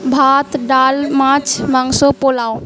ভাত ডাল মাছ মাংস পোলাও